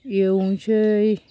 एवनोसै